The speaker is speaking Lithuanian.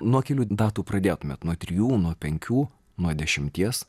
nuo kelių datų pradėtumėt nuo trijų nuo penkių nuo dešimties